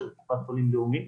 שזה קופת חולים לאומית.